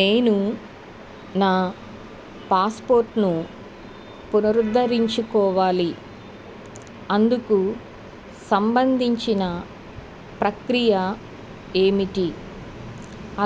నేను నా పాస్పోర్ట్ను పునరుద్ధరించుకోవాలి అందుకు సంబంధించిన ప్రక్రియ ఏమిటి